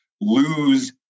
lose